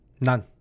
none